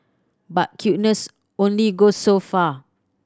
but cuteness only goes so far